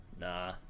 Nah